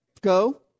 go